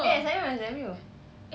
eh S_I_M ke S_M_U